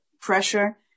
pressure